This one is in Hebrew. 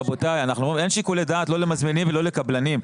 רבותיי, אין שיקולי דעת לא למזמינים ולא לקבלנים.